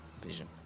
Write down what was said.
vision